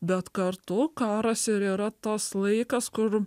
bet kartu karas ir yra tas laikas kur